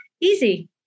easy